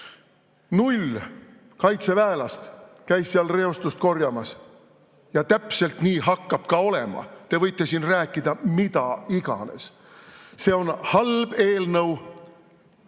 Null kaitseväelast käis seal reostust korjamas ja täpselt nii hakkab ka olema. Te võite siin rääkida mida iganes. See on halb eelnõu.